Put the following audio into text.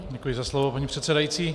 Děkuji za slovo, paní předsedající.